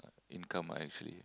income I actually